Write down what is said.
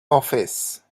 office